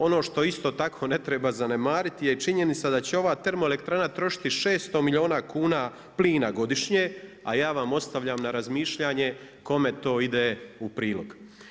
Ono što isto tako ne treba zanemariti je činjenica da će ova termoelektrana trošiti 600 milijuna kuna plina godišnje, a ja vam ostavljam na razmišljanje kome to ide u prilog.